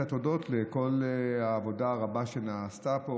התודות על כל העבודה הרבה שנעשתה פה,